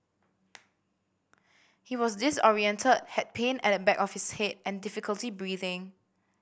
he was disorientated had pain at the back of his head and difficulty breathing